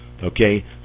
Okay